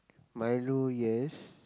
Milo yes